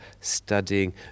studying